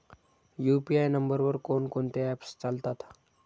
UPI नंबरवर कोण कोणते ऍप्स चालतात?